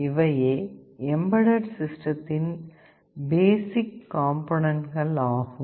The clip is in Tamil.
இவையே எம்பெட்டெட் சிஸ்டத்தின் பேசிக் காம்போனன்ட் ஆகும்